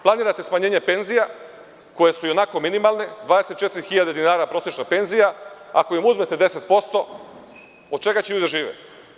Planirate smanjenje penzija koje su minimalne, 24.000 je prosečna penzija, ako im uzmete 10%, od čega će ljudi da žive?